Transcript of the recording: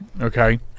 Okay